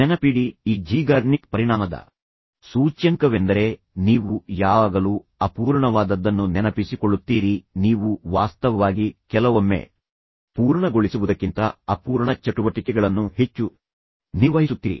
ನೆನಪಿಡಿ ಈ ಝೀಗಾರ್ನಿಕ್ ಪರಿಣಾಮದ ಸೂಚ್ಯಂಕವೆಂದರೆ ನೀವು ಯಾವಾಗಲೂ ಅಪೂರ್ಣವಾದದ್ದನ್ನು ನೆನಪಿಸಿಕೊಳ್ಳುತ್ತೀರಿ ನೀವು ವಾಸ್ತವವಾಗಿ ಕೆಲವೊಮ್ಮೆ ಪೂರ್ಣಗೊಳಿಸುವುದಕ್ಕಿಂತ ಅಪೂರ್ಣ ಚಟುವಟಿಕೆಗಳನ್ನು ಹೆಚ್ಚು ನಿರ್ವಹಿಸುತ್ತೀರಿ